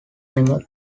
animals